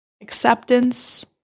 Acceptance